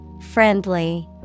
Friendly